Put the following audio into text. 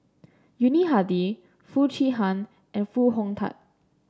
Yuni Hadi Foo Chee Han and Foo Hong Tatt